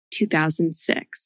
2006